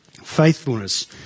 Faithfulness